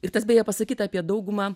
ir tas beje pasakyta apie daugumą